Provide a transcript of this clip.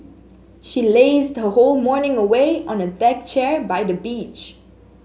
she lazed her whole morning away on a deck chair by the beach